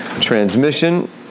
transmission